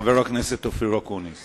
חבר הכנסת אופיר אקוניס